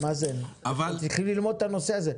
מאזן, תתחיל ללמוד את הנושא הזה.